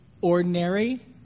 ordinary